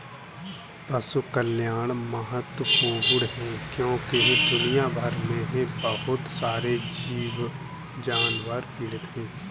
पशु कल्याण महत्वपूर्ण है क्योंकि दुनिया भर में बहुत सारे जानवर पीड़ित हैं